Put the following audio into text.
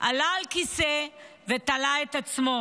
עלה על כיסא ותלה את עצמו.